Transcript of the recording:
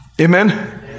Amen